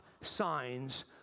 signs